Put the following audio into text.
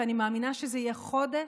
ואני מאמינה שזה יהיה חודש,